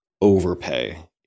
overpay